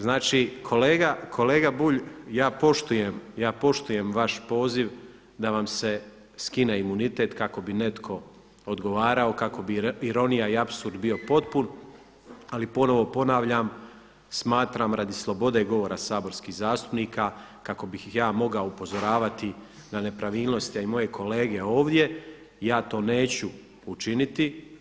Znači, kolega Bulj ja poštujem vaš poziv da vam se skine imunitet kako bi netko odgovarao, kako bi ironija i apsurd bio potpun ali ponovo ponavljam smatram radi slobode govora saborskih zastupnika kako bih ja mogao upozoravati na nepravilnosti a i moje kolege ovdje ja to neću učiniti.